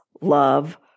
love